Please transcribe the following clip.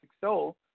soul